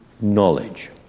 knowledge